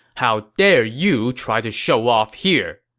how dare you try to show off here?